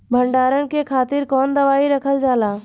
भंडारन के खातीर कौन दवाई रखल जाला?